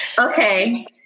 Okay